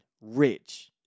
rich